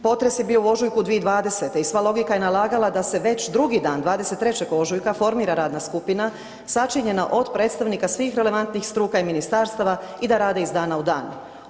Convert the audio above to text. Potres je bio u ožujku 2020. i sva logika je nalagala da se već drugi dan 23. ožujka formira radna skupina sačinjena od predstavnika svih relevantnih struka i ministarstava i da rade iz dana u dan.